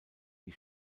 die